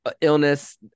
illness